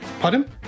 Pardon